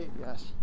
Yes